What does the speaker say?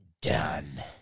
done